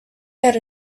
that